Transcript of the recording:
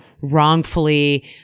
wrongfully